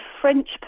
French